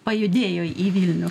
pajudėjo į vilnių